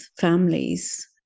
families